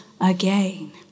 Again